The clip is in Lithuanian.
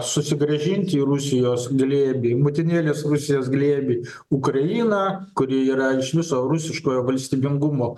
susigrąžinti į rusijos glėbį motinėlės rusijos glėbį ukrainą kuri yra iš viso rusiškojo valstybingumo